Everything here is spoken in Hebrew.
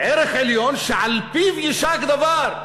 ערך עליון, שעל פיו יישק דבר,